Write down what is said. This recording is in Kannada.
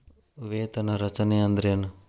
ವೇತನ ರಚನೆ ಅಂದ್ರೆನ?